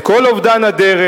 את כל אובדן הדרך,